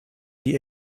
die